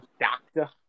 Doctor